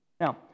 Now